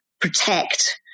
protect